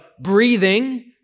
breathing